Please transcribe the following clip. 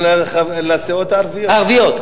לסיעות הערביות.